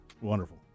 Wonderful